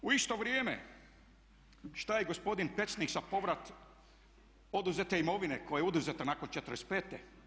U isto vrijeme, šta je gospodin Pecnik za povrat oduzete imovine koja je oduzeta nakon '45?